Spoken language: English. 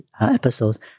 episodes